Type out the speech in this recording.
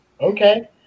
Okay